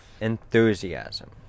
enthusiasm